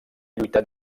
lluitat